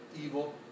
evil